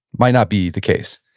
might not be the case.